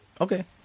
Okay